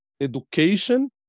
education